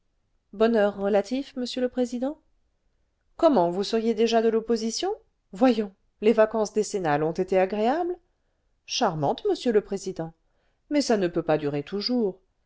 bonheur relatif monsieur le président comment vous seriez déjà de l'opposition voyons les vacances décennales ont été agréables charmantes monsieur le président mais ça ne j eut pas durer toujours